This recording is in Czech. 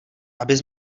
abys